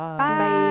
Bye